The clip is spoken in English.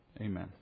Amen